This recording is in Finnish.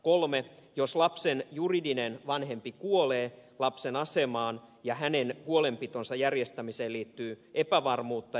kolmanneksi jos lapsen juridinen vanhempi kuolee lapsen asemaan ja hänen huolenpitonsa järjestämiseen liittyy epävarmuutta